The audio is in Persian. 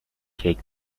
کیک